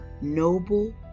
noble